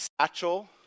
satchel